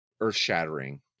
earth-shattering